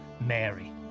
Mary